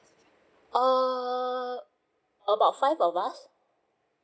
err about five of us